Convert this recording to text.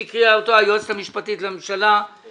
שהקריאה אותו היועצת המשפטית של הוועדה.